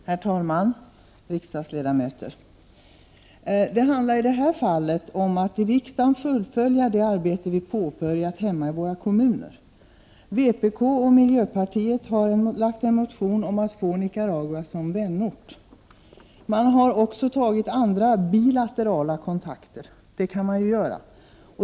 Herr talman! Det handlar i detta fall om att i riksdagen fullfölja det arbete som vi påbörjat hemma i våra kommuner. Vpk och miljöpartiet föreslår att det skall bli möjligt att få vänorter i Nicaragua. Det har också tagits bilaterala kontakter — det kan man ju göra.